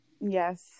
Yes